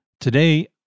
Today